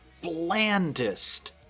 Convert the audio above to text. blandest